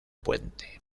puente